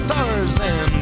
Tarzan